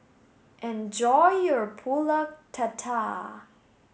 enjoy your Pulut Tatal